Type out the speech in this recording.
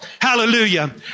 Hallelujah